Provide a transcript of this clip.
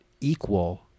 equal